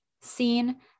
seen